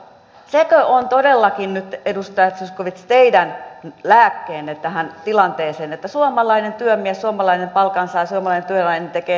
sekö on todellakin nyt edustaja zyskowicz teidän lääkkeenne tähän tilanteeseen että suomalainen työmies suomalainen palkansaaja suomalainen työläinen tekee halvemmalla työtä